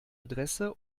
adresse